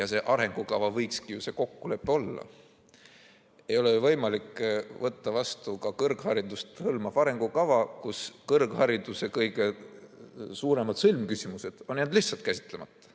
See arengukava võikski see kokkulepe olla. Ei ole võimalik võtta vastu ka kõrgharidust hõlmavat arengukava, kus kõrghariduse kõige suuremad sõlmküsimused on jäänud lihtsalt käsitlemata.